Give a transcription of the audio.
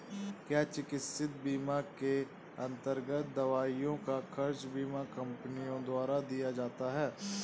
क्या चिकित्सा बीमा के अन्तर्गत दवाइयों का खर्च बीमा कंपनियों द्वारा दिया जाता है?